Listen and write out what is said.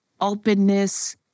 openness